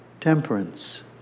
temperance